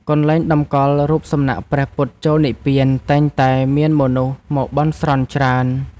កន្លែងតម្កល់រូបសំណាកព្រះពុទ្ធចូលនិព្វាន តែងតែមានមនុស្សមកបន់ស្រន់ច្រើន។